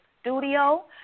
studio